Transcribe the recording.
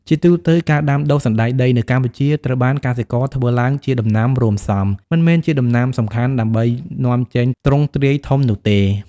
ជាទូទៅ ការដាំដុះសណ្តែកដីនៅកម្ពុជាត្រូវបានកសិករធ្វើឡើងជាដំណាំរួមផ្សំ មិនមែនជាដំណាំសំខាន់ដើម្បីនាំចេញទ្រង់ទ្រាយធំនោះទេ។